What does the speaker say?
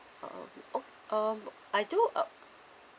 um oh um I do uh